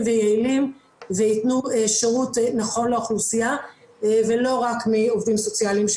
ויעילים ויתנו שירות נכון לאוכלוסייה ולא רק מעובדים סוציאליים.